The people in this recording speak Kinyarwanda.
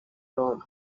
roma